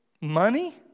money